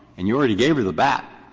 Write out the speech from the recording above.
and you already gave her the bat.